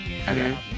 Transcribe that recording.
Okay